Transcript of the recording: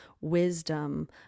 wisdom